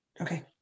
Okay